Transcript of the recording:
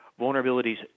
vulnerabilities